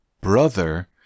brother